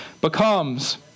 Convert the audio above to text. becomes